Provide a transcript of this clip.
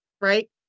Right